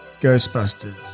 Ghostbusters